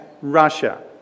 Russia